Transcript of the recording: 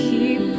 Keep